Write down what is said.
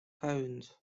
towns